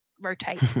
Rotate